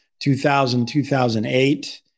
2000-2008